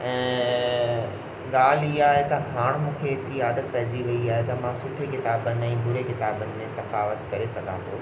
ऐं ॻाल्हि इहा आहे त हाणे मूंखे एतिरी आदत पइजी वई आहे त मां सुठे किताबनि ऐं बूरे किताबनि में तफ़ावतु करे सघां थो